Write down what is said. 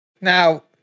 Now